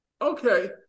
Okay